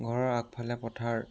ঘৰৰ আগফালে পথাৰ